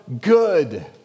good